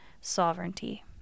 sovereignty